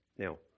Now